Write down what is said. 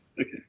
Okay